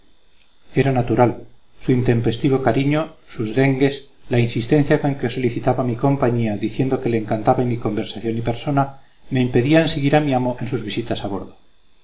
era natural su intempestivo cariño sus dengues la insistencia con que solicitaba mi compañía diciendo que le encantaba mi conversación y persona me impedían seguir a mi amo en sus visitas a bordo